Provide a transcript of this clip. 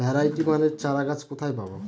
Variety মানের চারাগাছ কোথায় পাবো?